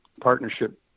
partnership